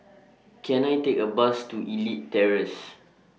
Can I Take A Bus to Elite Terrace